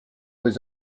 was